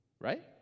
Right